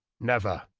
never.